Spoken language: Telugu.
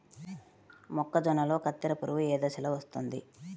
మొక్కజొన్నలో కత్తెర పురుగు ఏ దశలో వస్తుంది?